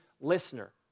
listener